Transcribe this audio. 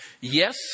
Yes